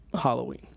Halloween